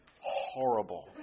horrible